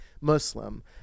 Muslim